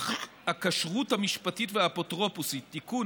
הכשרות המשפטית והאפוטרופסות (תיקון,